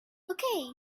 okay